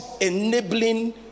enabling